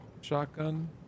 shotgun